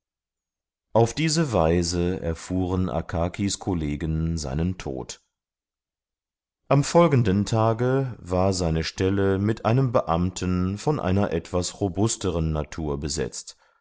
auf diese weise erfuhren akakis kollegen seinen tod am folgenden tage war seine stelle mit einem beamten von einer etwas robusteren natur besetzt